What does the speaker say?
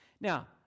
Now